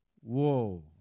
Whoa